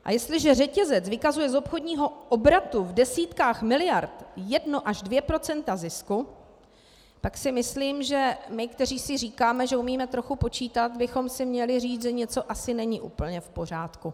A jestliže řetězec vykazuje z obchodního obratu v desítkách miliard jedno až dvě procenta zisku, tak si myslím, že my, kteří si říkáme, že umíme trochu počítat, bychom si měli říct, že něco asi není úplně v pořádku.